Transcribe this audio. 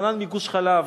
יוחנן מגוש-חלב,